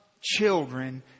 children